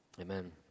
Amen